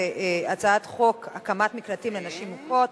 הצעת חוק הקמת מקלטים לנשים מוכות,